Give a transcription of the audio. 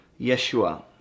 Yeshua